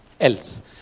else